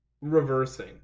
reversing